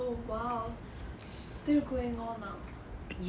oh !wow! still going on ah